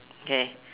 okay